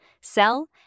sell